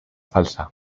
falsa